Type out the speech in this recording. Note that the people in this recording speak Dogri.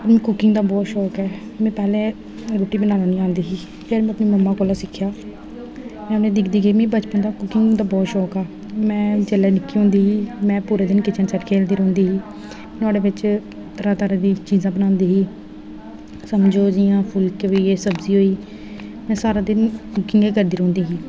मीं कुकिंग दा बहुत शौक ऐ मीं पैह्ले रुट्टी बनाना नेईं औंदी ही ते में अपनी मम्मा कोला सिक्खेआ ते में उ'नेंगी दिखदी गेई मिगी बचपन दा कुकिंग दा बड़ा शौक हा में जिसलै निक्की होंदी ही में पूरा दिन किचन सैट्ट खेलदी रौंह्दी ही में नुहाड़े च त्रै तरहां दियां चीजा बनांदी ही समझो जि'यां फुल्के होई गे सब्जी होई गेई में सारा दिन इ'यै करदी रौंह्दी ही